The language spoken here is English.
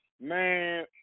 man